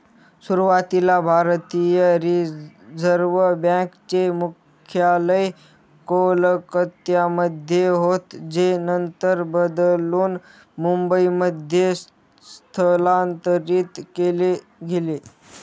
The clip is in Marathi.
सुरुवातीला भारतीय रिझर्व बँक चे मुख्यालय कोलकत्यामध्ये होतं जे नंतर बदलून मुंबईमध्ये स्थलांतरीत केलं गेलं